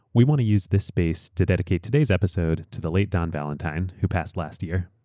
we want to use this space to dedicate todayaeurs episode to the late don valentine who passed last year.